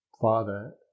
father